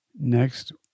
Next